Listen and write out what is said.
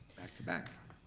back to back.